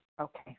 Okay